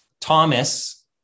Thomas